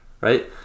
right